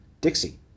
Dixie